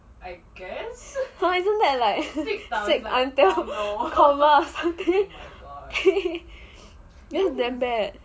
!huh! isn't that like sick until coma or something that's damn bad